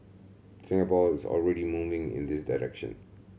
Singapore is already moving in this direction